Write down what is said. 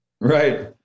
Right